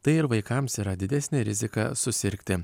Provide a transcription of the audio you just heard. tai ir vaikams yra didesnė rizika susirgti